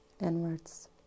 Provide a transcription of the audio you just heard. inwards